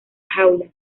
jaula